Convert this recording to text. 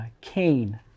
Cain